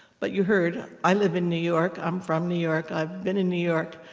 but you heard, i live in new york. i'm from new york. i've been in new york.